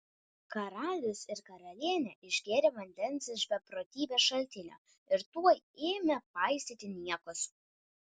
karalius ir karalienė išgėrė vandens iš beprotybės šaltinio ir tuoj ėmė paistyti niekus